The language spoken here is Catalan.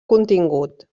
contingut